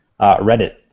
Reddit